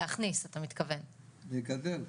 לגדל.